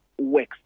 works